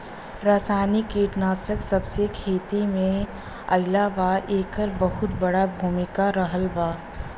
रासायनिक कीटनाशक जबसे खेती में आईल बा येकर बहुत बड़ा भूमिका रहलबा